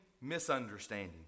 misunderstanding